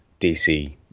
DC